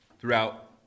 throughout